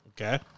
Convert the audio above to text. Okay